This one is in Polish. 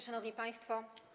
Szanowni Państwo!